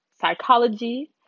psychology